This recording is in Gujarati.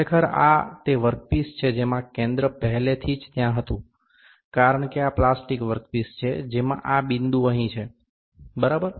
ખરેખર આ તે વર્કપીસ છે જેમાં કેન્દ્ર પહેલેથી જ ત્યાં હતું કારણ કે આ પ્લાસ્ટિક વર્ક પીસ છે જેમાં આ બિંદુ અહીં છે બરાબર